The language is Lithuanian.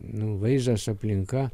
nu vaizdas aplinka